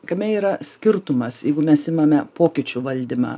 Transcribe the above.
kame yra skirtumas jeigu mes imame pokyčių valdymą